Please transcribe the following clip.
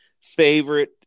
favorite